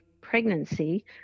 pregnancy